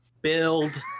build